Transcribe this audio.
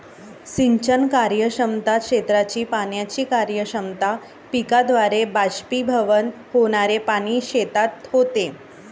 सिंचन कार्यक्षमता, क्षेत्राची पाण्याची कार्यक्षमता, पिकाद्वारे बाष्पीभवन होणारे पाणी शेतात होते